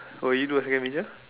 will you do a second major